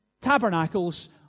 tabernacles